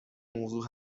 موضوع